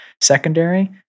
secondary